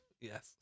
Yes